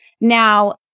Now